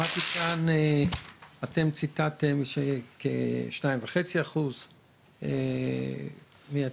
שמעתי כאן, אתם ציטטתם שכ-2.5% מהתאונות